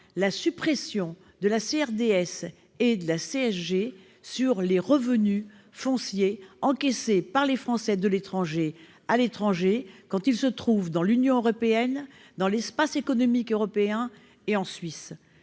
à supprimer la CRDS et la CSG sur les revenus fonciers encaissés par les Français de l'étranger à l'étranger, quand ils se trouvent dans l'Union européenne, dans l'espace économique européen et en Suisse.